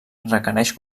requereix